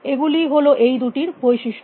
এগুলি হল এই দুটির দুটি বৈশিষ্ট্য